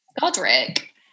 Godric